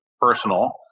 personal